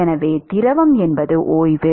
எனவே திரவம் என்பது ஓய்வு